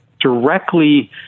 directly